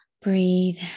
breathe